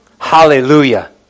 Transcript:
Hallelujah